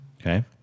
Okay